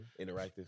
interactive